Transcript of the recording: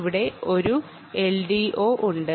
ഇവിടെ ഒരു എൽഡിഒ ഉണ്ട്